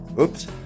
Oops